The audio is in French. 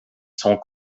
sont